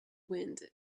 wind